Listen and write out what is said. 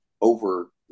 over